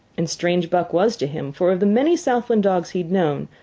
and strange buck was to him, for of the many southland dogs he had known,